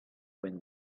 when